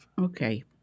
Okay